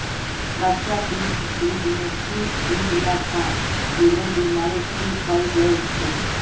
चच्चा ती सूरजमुखीर बीज ला खा, दिलेर बीमारी ठीक हइ जै तोक